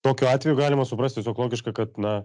tokiu atveju galima suprast tiesiog logiška kad na